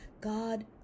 God